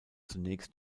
zunächst